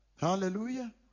Hallelujah